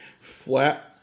flat